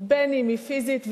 ובין אם היא פיזית,